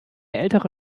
ältere